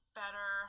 better